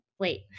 Wait